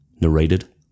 Narrated